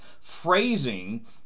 phrasing